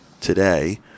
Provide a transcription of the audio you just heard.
today